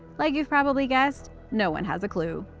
like you've probably guessed, no one has a clue!